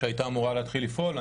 שהייתה אמורה להתחיל לפעול.